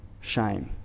shame